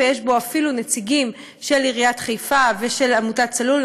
ויש בו אפילו נציגים של עיריית חיפה ושל עמותת צלול,